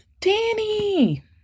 Danny